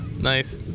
Nice